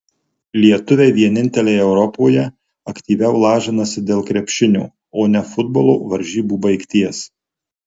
lietuviai vieninteliai europoje aktyviau lažinasi dėl krepšinio o ne futbolo varžybų baigties